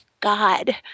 god